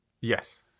Yes